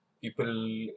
people